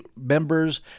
members